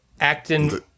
acting